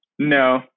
No